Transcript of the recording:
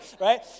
Right